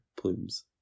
Plumes